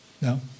No